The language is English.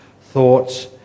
thoughts